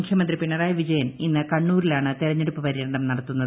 മുഖ്യമന്ത്രി പിണറായി വിജയൻ ഇന്ന് കണ്ണൂരിലാണ് തെരഞ്ഞെടുപ്പ് പര്യടനം നടത്തുന്നത്